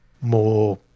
more